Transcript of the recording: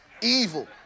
evil